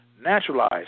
naturalized